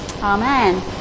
Amen